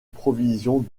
provisions